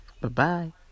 Bye-bye